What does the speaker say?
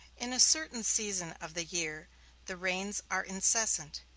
in a certain season of the year the rains are incessant,